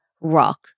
rock